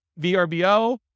VRBO